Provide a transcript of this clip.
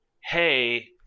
hey